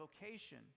vocation